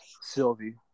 Sylvie